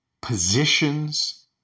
positions